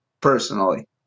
personally